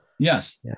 Yes